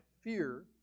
fear